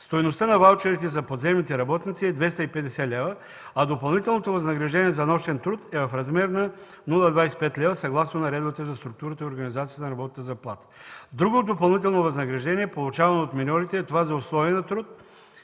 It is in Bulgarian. Стойността на ваучерите за подземните работници е 250 лв., а допълнителното възнаграждение за нощен труд е в размер на 0,25 лв. съгласно Наредбата за структурата и организацията на работната заплата. Друго допълнително възнаграждение, получавано от миньорите, е за условия на труд.